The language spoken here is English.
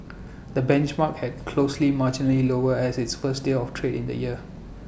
the benchmark had closely marginally lower at its first day of trade in the year